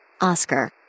Oscar